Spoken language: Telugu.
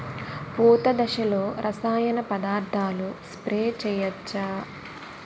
పూత దశలో రసాయన పదార్థాలు స్ప్రే చేయచ్చ?